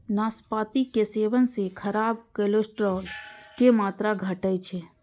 नाशपातीक सेवन सं खराब कोलेस्ट्रॉल के मात्रा घटै छै